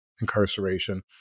incarceration